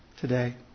today